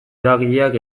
eragileak